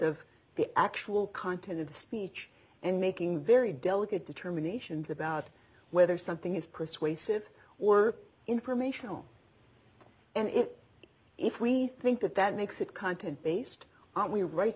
of the actual content of the speech and making very delicate determinations about whether something is persuasive or informational and it if we think that that makes it content based on we